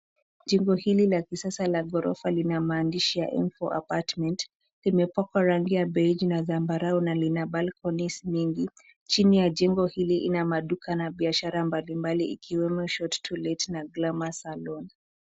Jengo hili la kisasa la ghorofa lina maandishi ya M4 apartment , limepakwa rangi ya beige na zambarau na lina balconies mingi. Chini ya jengo hili ina maduka na biashara mbalimbali ikiwemo shop to let na Glamour salon .